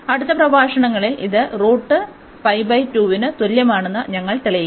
അടുത്ത പ്രഭാഷണങ്ങളിൽ ഇത് ന് തുല്യമാണെന്ന് ഞങ്ങൾ തെളിയിക്കും